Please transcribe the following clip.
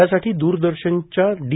यासाठी दूरदर्शनच्या डी